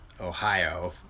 Ohio